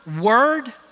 word